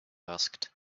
asked